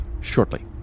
shortly